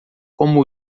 como